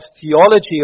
theology